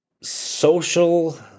social